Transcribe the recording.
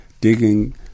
digging